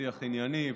שיח ענייני,